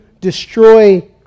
destroy